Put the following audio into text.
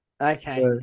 okay